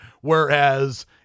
whereas